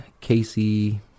Casey